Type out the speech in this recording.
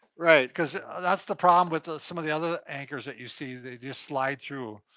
right. cause it, that's the problem with some of the other anchors that you see, they just slide through.